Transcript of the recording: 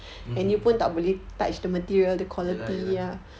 mm mm ya lah ya lah